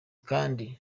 kandi